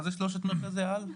מה זה שלושת מרכזי העל?